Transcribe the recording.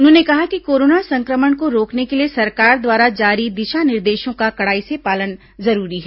उन्होंने कहा कि कोरोना संक्रमण को रोकने के लिए सरकार द्वारा जारी दिशा निर्देशों का कड़ाई से पालन जरूरी है